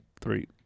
three